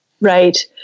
Right